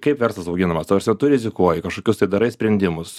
kaip verslas auginamas ta prasme tu rizikuoji kažkokius tai darai sprendimus